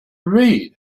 read